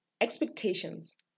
Expectations